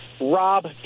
Rob